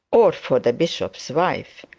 or for the bishop's wife?